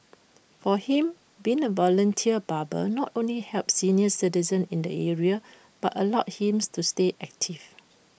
for him being A volunteer barber not only helps senior citizens in the area but allows him to stay active